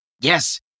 yes